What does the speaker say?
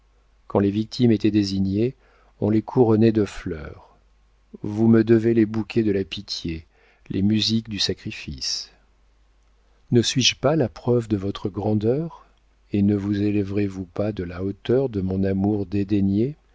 quand les victimes étaient désignées on les couronnait de fleurs vous me devez les bouquets de la pitié les musiques du sacrifice ne suis-je pas la preuve de votre grandeur et ne vous élèverez vous pas de la hauteur de mon amour dédaigné